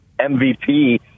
MVP